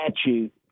statute